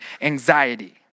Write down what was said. anxiety